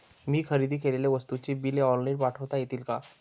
मी खरेदी केलेल्या वस्तूंची बिले ऑनलाइन पाठवता येतील का?